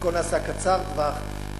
הכול נעשה קצר טווח,